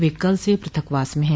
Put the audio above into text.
वे कल से पृथकवास में हैं